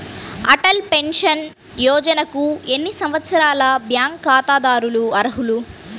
Atal pension యోజనకు ఎన్ని సంవత్సరాల బ్యాంక్ ఖాతాదారులు అర్హులు?